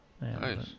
Nice